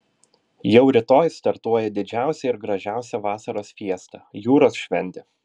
jau rytoj startuoja didžiausia ir gražiausia vasaros fiesta jūros šventė